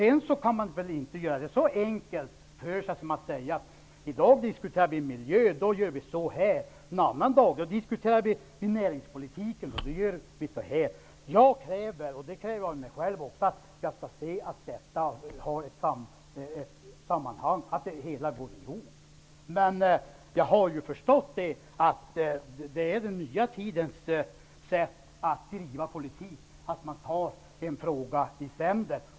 Vi kan inte göra det så enkelt för oss som att diskutera miljö ena dagen och göra på ett sätt då och näringspolitik andra dagen och göra på ett annat sätt då. Jag kräver -- också av mig själv -- att man skall kunna se att det finns ett samband och att det hela går ihop. Jag har förstått att den nya tidens sätt att driva politik innebär att man tar en fråga i sänder.